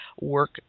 work